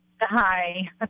Hi